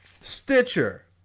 Stitcher